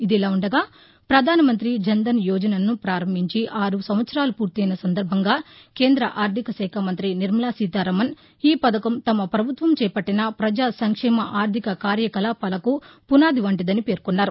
ఇలాఉండగా ప్రధానమంత్రి జన్ధన్ యోజనను ప్రారంభించి ఆరు సంవత్సరాలు పూర్తయిన సందర్బంగా కేంద్ర ఆర్థిక శాఖ మంత్రి నిర్మలా సీతారామన్ ఈ పథకం తమ పభుత్వం చేపట్లిన ప్రజా సంక్షేమ ఆర్దిక కార్యక్రమాలకు పునాది వంటిదని పేర్కొన్నారు